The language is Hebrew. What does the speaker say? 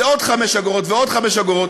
זה עוד 5 אגורות ועוד 5 אגורות,